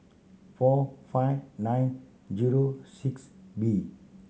four five nine zero six B